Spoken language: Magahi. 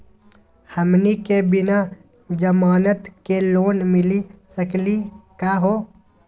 हमनी के बिना जमानत के लोन मिली सकली क हो?